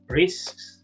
risks